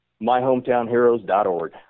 MyHometownHeroes.org